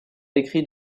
écrit